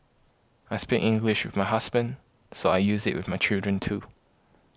I speak English with my husband so I use it with my children too